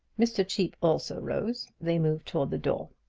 mr. cheape also rose. they moved toward the door.